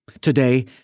Today